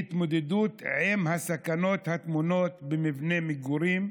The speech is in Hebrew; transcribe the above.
להתמודדות עם הסכנות הטמונות במבני מגורים.